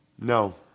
No